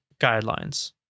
guidelines